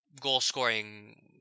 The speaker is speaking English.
goal-scoring